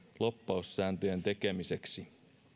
lobbaussääntöjen tekemiseksi